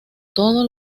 todo